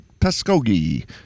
Tuskegee